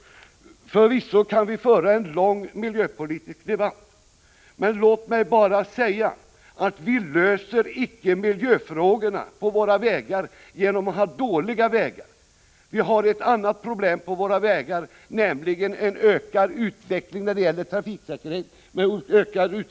Förvisso kan vi föra en lång miljöpolitisk debatt, men låt mig bara säga att vi icke löser de miljöfrågor som rör våra vägar genom att ha dåliga vägar. Vi har ett annat problem på våra vägar, nämligen en ökning på trafikolycksfallssidan.